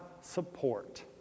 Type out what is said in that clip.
support